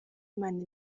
imana